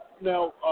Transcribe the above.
now